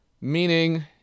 Meaning